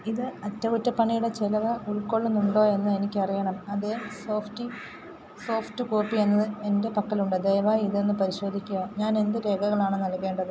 ഇത് അറ്റകുറ്റപ്പണിയുടെ ചെലവ് ഉൾക്കൊള്ളുന്നുണ്ടോയെന്ന് എനിക്കറിയണം അതേ സോഫ്റ്റി സോഫ്റ്റ് കോപ്പി എന്നതിൽ എന്റെ പക്കലുണ്ട് ദയവായി ഇതൊന്ന് പരിശോധിക്കുക ഞാനെന്ത് രേഖകളാണ് നൽകേണ്ടത്